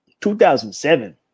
2007